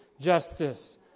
justice